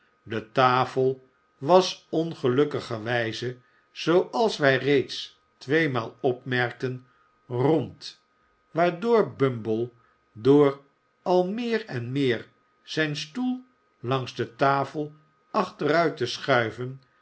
de tafel was ongelukkigerwijze zooals wij reeds tweemaal opmerkten rond waardoor bumble door al meer en meer zijn stoel langs de tafel achteruit te schuiven